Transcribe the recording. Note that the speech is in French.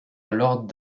alors